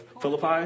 Philippi